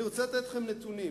אני רוצה לתת לכם נתונים,